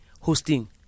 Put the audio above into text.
hosting